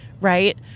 right